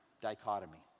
dichotomy